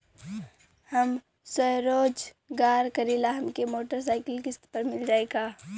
हम स्वरोजगार करीला हमके मोटर साईकिल किस्त पर मिल जाई का?